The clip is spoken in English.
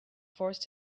forced